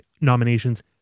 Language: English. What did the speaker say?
nominations